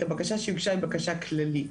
הבקשה שהוגשה היא בקשה כללית.